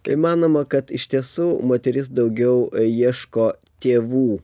kai manoma kad iš tiesų moteris daugiau ieško tėvų